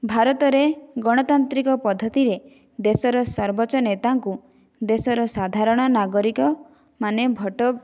ଭାରତରେ ଗଣତାନ୍ତ୍ରିକ ପଦ୍ଧତିରେ ଦେଶର ସର୍ବୋଚ୍ଚ ନେତାଙ୍କୁ ଦେଶର ସାଧାରଣ ନାଗରିକ ମାନେ ଭୋଟ